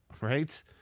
right